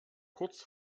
kurz